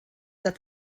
that